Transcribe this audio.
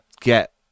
get